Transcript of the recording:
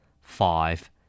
Five